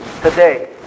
today